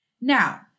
Now